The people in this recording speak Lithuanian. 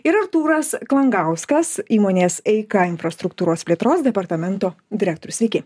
ir artūras klangauskas įmonės eika infrastruktūros plėtros departamento direktorius sveiki